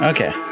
Okay